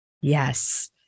Yes